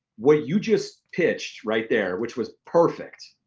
what you just pitched right there which was perfect,